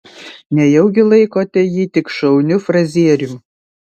nejaugi laikote jį tik šauniu frazierium